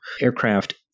aircraft